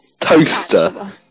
Toaster